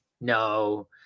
No